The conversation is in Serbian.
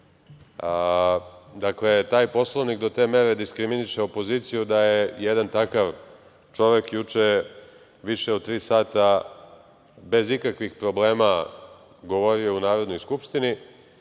taj Poslovnik do te mere diskriminiše opoziciju da je jedan takav čovek juče više od tri sata, bez ikakvih problema, govorio u Narodnoj skupštini,